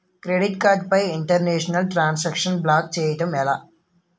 Credit card పై international transaction block చేయటం ఎలా?